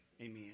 amen